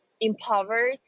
empowered